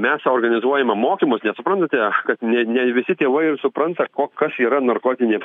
mes sau organizuojame mokymus nes suprantate kad ne ne visi tėvai supranta ko kas yra narkotinė